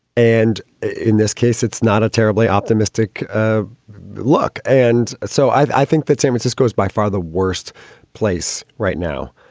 and in this case, it's not a terribly optimistic ah look. and so i think that same its just goes by far the worst place right now.